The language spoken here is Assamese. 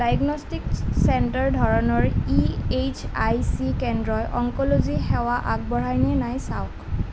ডায়েগনষ্টিক চেণ্টাৰ ধৰণৰ ই এচ আই চি কেন্দ্ৰই অংক'লজি সেৱা আগবঢ়ায় নে নাই চাওক